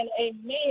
amen